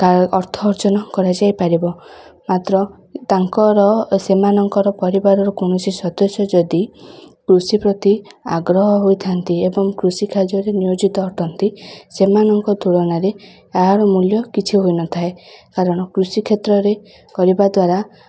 ଅର୍ଥ ଅର୍ଜନ କରାଯାଇପାରିବ ମାତ୍ର ତାଙ୍କର ସେମାନଙ୍କର ପରିବାରର କୌଣସି ସଦସ୍ୟ ଯଦି କୃଷି ପ୍ରତି ଆଗ୍ରହ ହୋଇଥାନ୍ତି ଏବଂ କୃଷି କାର୍ଯ୍ୟରେ ନିୟୋଜିତ ଅଟନ୍ତି ସେମାନଙ୍କ ତୁଳନାରେ ଏହାର ମୂଲ୍ୟ କିଛି ହୋଇନଥାଏ କାରଣ କୃଷି କ୍ଷେତ୍ରରେ କରିବା ଦ୍ୱାରା